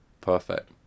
Perfect